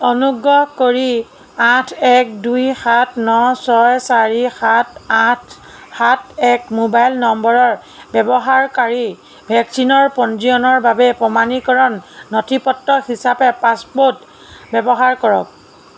অনুগ্ৰহ কৰি আঠ এক দুই সাত ন ছয় চাৰি সাত আঠ সাত এক মোবাইল নম্বৰৰ ব্যৱহাৰকাৰী ভেকচিনৰ পঞ্জীয়নৰ বাবে প্ৰমাণীকৰণ নথিপত্ৰ হিচাপে পাছপ'ৰ্ট ব্যৱহাৰ কৰক